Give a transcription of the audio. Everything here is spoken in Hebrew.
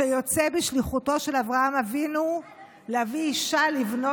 שיוצא בשליחותו של אברהם אבינו להביא אישה לבנו,